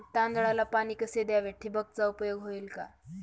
तांदळाला पाणी कसे द्यावे? ठिबकचा उपयोग होईल का?